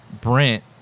Brent